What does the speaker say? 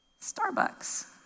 Starbucks